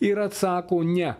ir atsako ne